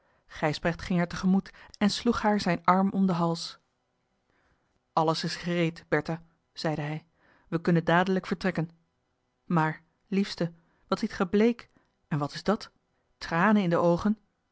gijsbrecht ging haar tegemoet en sloeg haar zijn arm om den hals alles is gereed bertha zeide hij we kunnen dadelijk vertrekken maar liefste wat ziet ge bleek en wat is dat tranen in de oogen